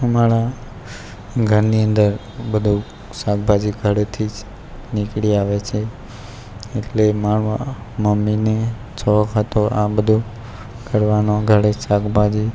અમારા ઘરની અંદર બધું શાકભાજી ઘળેથી જ નિકળી આવે છે એટલે માળા મમ્મીને શોખ હતો આ બધું કરવાનો ઘરે શાકભાજી